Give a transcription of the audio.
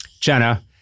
Jenna